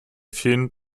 vielen